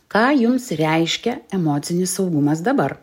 ką jums reiškia emocinis saugumas dabar